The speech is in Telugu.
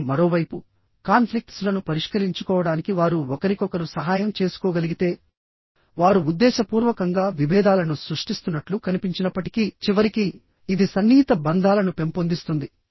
కానీ మరోవైపు కాన్ఫ్లిక్ట్స్ లను పరిష్కరించుకోవడానికి వారు ఒకరికొకరు సహాయం చేసుకోగలిగితే వారు ఉద్దేశపూర్వకంగా విభేదాలను సృష్టిస్తున్నట్లు కనిపించినప్పటికీ చివరికి ఇది సన్నిహిత బంధాలను పెంపొందిస్తుంది